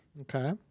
Okay